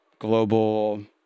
global